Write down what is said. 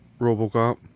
robocop